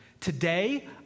Today